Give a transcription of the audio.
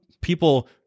people